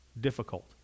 difficult